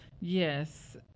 Yes